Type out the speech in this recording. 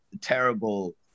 terrible